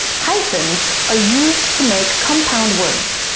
hyphens are used to make compound words,